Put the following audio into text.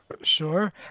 Sure